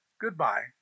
goodbye